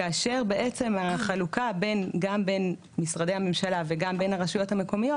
כאשר בעצם החלוקה גם בין משרדי הממשלה וגם בין הרשויות המקומיות,